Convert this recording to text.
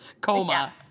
coma